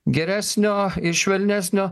geresnio ir švelnesnio